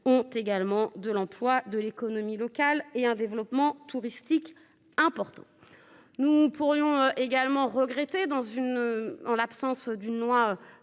ont également de l'emploi de l'économie locale et un développement touristique important. Nous pourrions également regretté dans une. En l'absence d'une loi